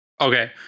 Okay